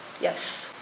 Yes